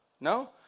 No